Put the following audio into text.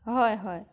হয় হয়